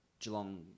Geelong